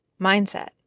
mindset